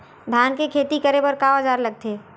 धान के खेती करे बर का औजार लगथे?